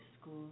school